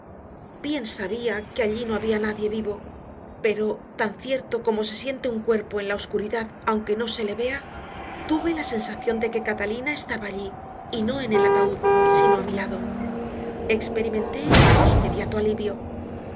bien sabía que allí no había nadie vivo pero tan cierto como se siente un cuerpo en la oscuridad aunque no se le vea tuve la sensación de que catalina estaba allí y no en el ataúd sino a mi lado experimenté un inmediato alivio